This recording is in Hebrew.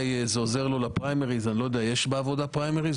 יש בעבודה פריימריז?